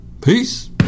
Peace